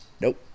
Nope